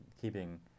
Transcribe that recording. keeping